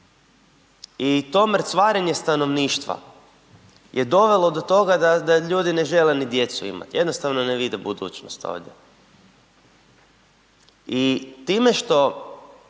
i to mrcvarenje stanovništva je dovelo do toga da ljudi ne žele ni djecu imati, jednostavno ne vide budućnost ovdje. I time što